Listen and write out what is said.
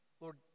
Lord